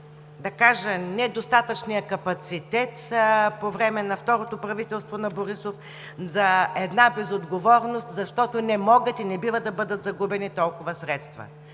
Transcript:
на недостатъчния капацитет по време на второто правителство на Борисов, на една безотговорност, защото не могат и не бива да бъдат загубени толкова средства.